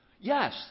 Yes